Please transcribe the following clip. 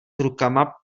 rukama